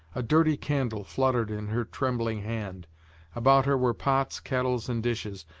a dirty candle fluttered in her trembling hand about her were pots, kettles and dishes,